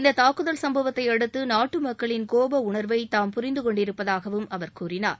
இந்த தாக்குதல் சம்பவத்தை அடுத்து நாட்டு மக்களின் கோப உணர்வை தாம் புரிந்து கொண்டிருப்பதாகவும் அவர் கூறினார்